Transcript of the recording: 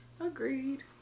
Agreed